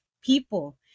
people